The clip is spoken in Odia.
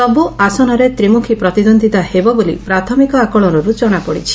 ସବୁ ଆସନରେ ତ୍ରିମୁଖୀ ପ୍ରତିଦ୍ୱନ୍ଦିତା ହେବ ବୋଲି ପ୍ରାଥମିକ ଆକଳନରୁ ଜଣାପଡ଼ିଛି